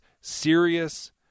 serious